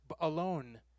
alone